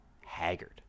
haggard